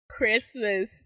Christmas